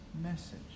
message